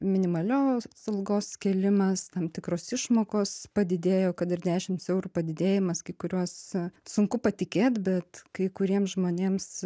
minimalios algos kėlimas tam tikros išmokos padidėjo kad ir dešims eurų padidėjimas kai kuriuose sunku patikėt bet kai kuriems žmonėms